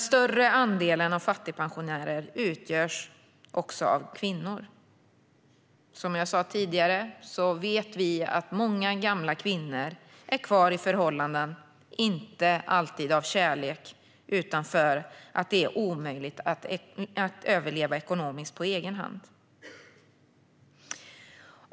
Större delen av fattigpensionärerna utgörs också av kvinnor. Som jag sa tidigare vet vi att många gamla kvinnor är kvar i förhållanden, men inte alltid av kärlek. Ibland beror det på att det är omöjligt att överleva ekonomiskt på egen hand.